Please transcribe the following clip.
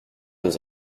deux